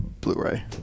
Blu-ray